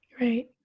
Right